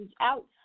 out